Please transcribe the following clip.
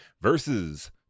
versus